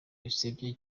bisebya